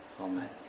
Amen